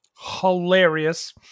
hilarious